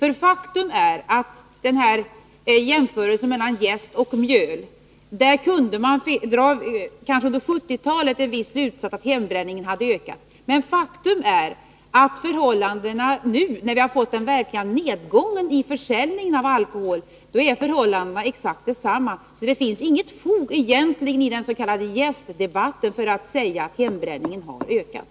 Av jämförelser mellan försäljningen av jäst och mjöl ansåg man sig vid 1970-talets början kunna dra slutsatsen att hembränningen hade ökat, men nu, när vi har fått den verkliga nedgången i försäljningen av alkohol, är förhållandet mellan försäljningen av jäst och mjöl faktiskt exakt det samma. Den s.k. jäststatistiken ger inget fog för att säga att hembränningen har ökat.